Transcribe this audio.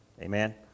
amen